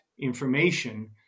information